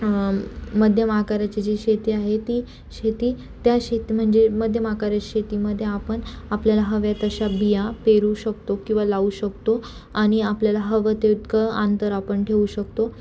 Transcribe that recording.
मध्यम आकाराची जी शेती आहे ती शेती त्या शेती म्हणजे मध्यम आकाराच्या शेतीमध्ये आपण आपल्याला हव्या तशा बिया पेरू शकतो किंवा लावू शकतो आणि आपल्याला हवे तितके अंतर आपण ठेवू शकतो